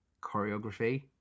choreography